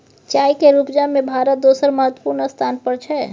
चाय केर उपजा में भारत दोसर महत्वपूर्ण स्थान पर छै